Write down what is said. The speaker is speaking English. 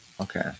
Okay